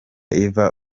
iva